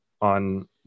on